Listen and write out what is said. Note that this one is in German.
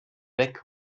weg